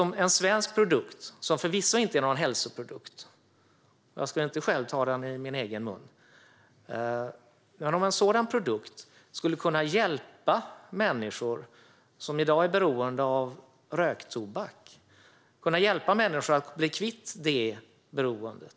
Tänk om en svensk produkt, som förvisso inte är någon hälsoprodukt - jag skulle inte själv ta den i min mun - skulle kunna hjälpa människor som i dag är beroende av röktobak att bli kvitt detta beroende!